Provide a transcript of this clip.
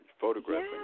photographing